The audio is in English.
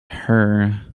her